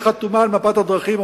שחתומה על מפת הדרכים,